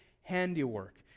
handiwork